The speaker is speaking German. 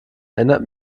erinnert